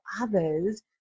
others